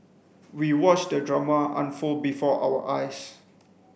we watched the drama unfold before our eyes